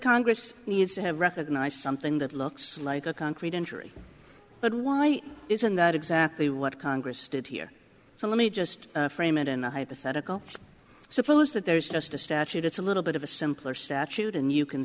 congress needs to have recognized something that looks like a concrete injury but why isn't that exactly what congress did here so let me just frame it in a hypothetical suppose that there is just a statute it's a little bit of a simpler statute and you can